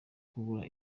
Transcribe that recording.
kubura